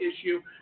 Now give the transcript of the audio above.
issue